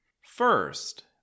First